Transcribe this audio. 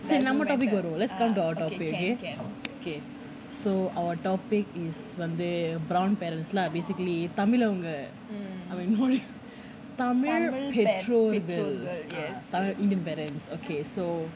நம்ம:namma topic வருவோம்:varuvom let's come to our topic okay so our topic is வந்து:vanthu brown parents lah basically tamil அவங்க:avanga tamil பெற்றோர்கள்:petrorgal indian parents okay so